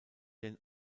denn